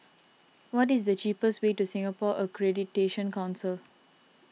what is the cheapest way to Singapore Accreditation Council